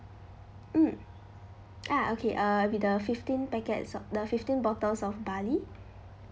mm ah okay uh with the fifteen packets of the fifteen bottles of barley